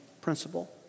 principle